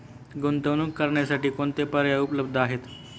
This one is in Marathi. गुंतवणूक करण्यासाठी कोणते पर्याय उपलब्ध आहेत?